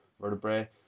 vertebrae